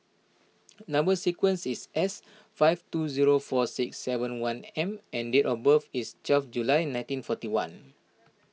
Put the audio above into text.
Number Sequence is S five two zero four six seven one M and date of birth is twelve June nineteen forty one